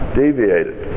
deviated